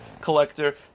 collector